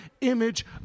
image